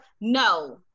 No